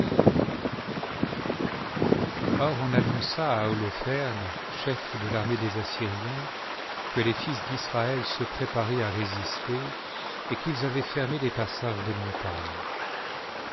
or on annonça à holoferne chef de l'armée des assyriens que les fils d'israël se préparaient à résister et qu'ils avaient fermé les passages des montagnes